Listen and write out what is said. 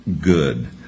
good